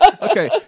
okay